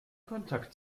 kontakt